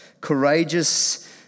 courageous